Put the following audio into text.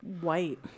white